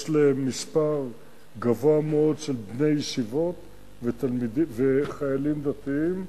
יש להם מספר גבוה מאוד של בני ישיבות וחיילים דתיים,